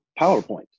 PowerPoint